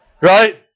Right